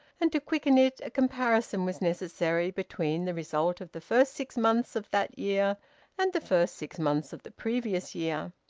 and to quicken it a comparison was necessary between the result of the first six months of that year and the first six months of the previous year.